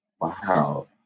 Wow